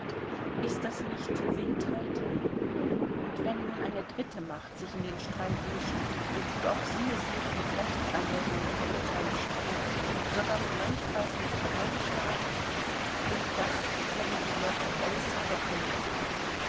ist das nicht wildheit und wenn nun eine dritte macht sich in den streit mischt so thut auch sie es nicht mit rechtserwägung und urteilsspruch sondern gleichfalls mit dreinschlagen und das nennen die leute äußere politik